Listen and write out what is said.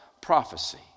prophecy